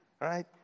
right